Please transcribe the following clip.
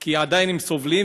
כי הם עדיין סובלים.